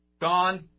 Gone